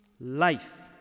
life